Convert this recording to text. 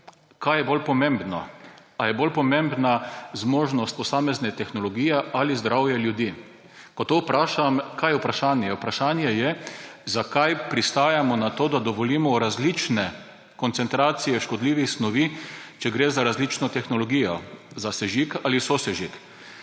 kaj je bolj pomembno, ali je bolj pomembna zmožnost posamezne tehnologije ali zdravje ljudi. Ko to vprašam, kaj je vprašanje? Vprašanje je, zakaj pristajamo na to, da dovolimo različne koncentracije škodljivih snovi, če gre za različno tehnologijo, za sežig ali sosežig.